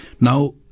now